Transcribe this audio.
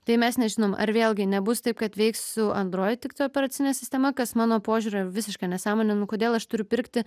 tai mes nežinom ar vėlgi nebus taip kad veiks su android tiktai operacine sistema kas mano požiūriu yra visiška nesąmonė nu kodėl aš turiu pirkti